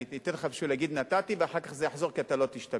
אני לא אתן לך בשביל להגיד שנתתי ואחר כך זה יחזור כי אתה לא תשתמש.